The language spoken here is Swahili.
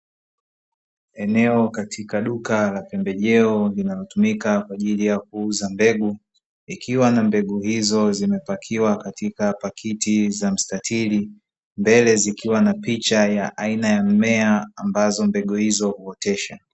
Eneo katika duka la pembejeo linalotumika kwa ajili ya kuuza mbegu ikiwa na mbegu hizo zimepakiwa katika pakiti za mstatili, mbele zikiwa na picha ya aina ya mmea ambazo mbegu hizo huotesha.